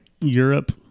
Europe